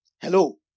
Hello